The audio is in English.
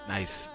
Nice